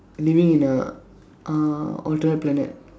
living in a uh alternate planet